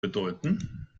bedeuten